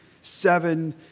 seven